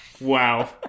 Wow